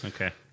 Okay